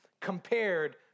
compared